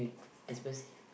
expensive